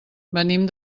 venim